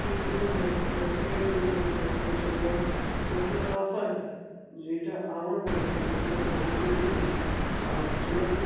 সেইভাবে health care প্লেয়ার্সদের জন্য হেলথ কেয়ার সেইভাবে খুব একটা দেওয়া হয় না যেটা আমার মনে হয় ব্যক্তিগতভাবে খুবই ভুল আর যেটাকে